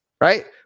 right